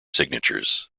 signatures